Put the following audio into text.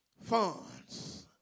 funds